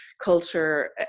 culture